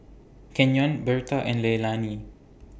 Kenyon Berta and Leilani